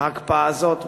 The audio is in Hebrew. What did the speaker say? ההקפאה הזאת?